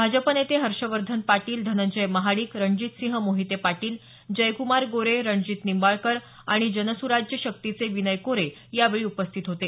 भाजपा नेते हर्षवर्धन पाटील धनंजय महाडिक रणजीतसिंह मोहिते पाटील जयकुमार गोरे रणजीत निंबाळकर आणि जनसुराज्य शक्तीचे विनय कोरे यावेळी उपस्थित होते